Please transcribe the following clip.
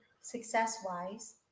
success-wise